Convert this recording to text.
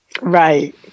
Right